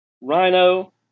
Rhino